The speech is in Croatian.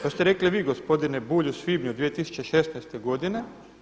To ste rekli vi gospodine Bulj u svibnju 2016. godine.